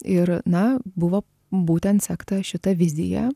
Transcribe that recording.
ir na buvo būtent sekta šita vizija